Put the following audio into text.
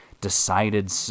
decided